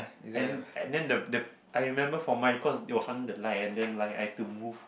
and and then the the I remember for mine cause it was under the light and then like I had to move